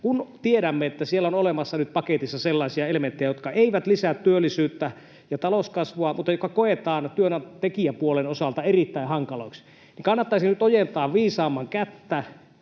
kun tiedämme, että siellä paketissa on olemassa nyt sellaisia elementtejä, jotka eivät lisää työllisyyttä ja talouskasvua mutta jotka koetaan työntekijäpuolen osalta erittäin hankaliksi, niin kannattaisi nyt ojentaa viisaamman kättä,